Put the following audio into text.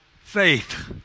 faith